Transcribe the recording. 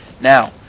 Now